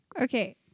Okay